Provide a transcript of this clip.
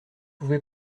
pouvez